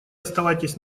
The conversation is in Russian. оставайтесь